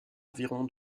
environ